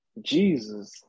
Jesus